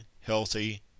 healthy